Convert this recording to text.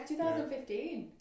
2015